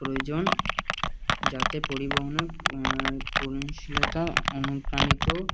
প্রয়োজন যাতে পরিবহনের শীলতা অনুপ্রাণিত